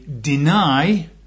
deny